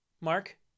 Mark